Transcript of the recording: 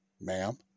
ma'am